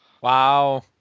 wow